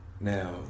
Now